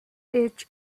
each